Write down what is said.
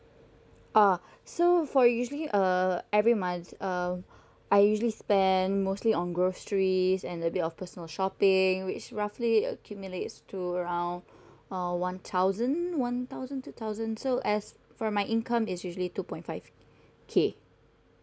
uh so for usually uh every months um I usually spend mostly on groceries and a bit of personal shopping which roughly accumulates to around uh one thousand one thousand two thousand so as for my income is usually two point five K